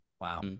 Wow